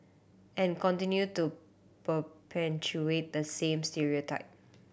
and continue to perpetuate that same stereotype